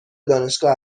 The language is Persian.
دانشگاه